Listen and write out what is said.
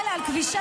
הסביבה,